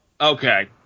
Okay